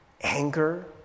anger